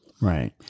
Right